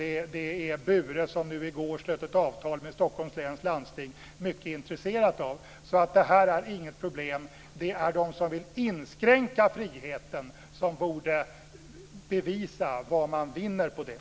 Detta är Bure, som i går slöt avtal med Stockholms läns landsting, mycket intresserat av. Det här är alltså inte ett problem. De som vill inskränka friheten borde i stället bevisa vad man vinner på det.